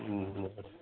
हूं